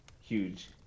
huge